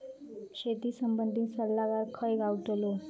शेती संबंधित सल्लागार खय गावतलो?